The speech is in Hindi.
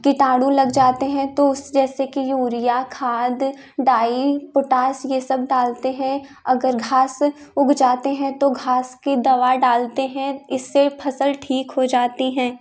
कीटाणु लग लग जाते हैं तो उस जैसे कि यूरिया खाद डाई पोटास ये सब डालते हैं अगर घास है उग जाते हैं तो घास की दवा डालते हैं इससे फसल ठीक हो जाती हैं